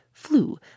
flew